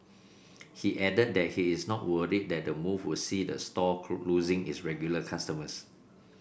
he added that he is not worried that the move will see the store losing its regular customers